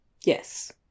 Yes